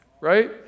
Right